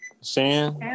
Sam